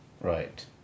right